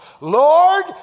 Lord